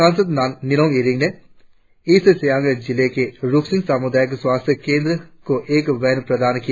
संसद निनोंग एरिंग ने ईस्ट सियांग जिले के रुक्सिन सामुदायिक स्वास्थ्य केंद्र को एक वेन प्रदान किया